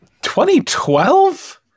2012